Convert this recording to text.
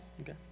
Okay